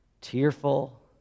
tearful